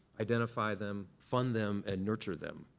identify them, fund them and nurture them.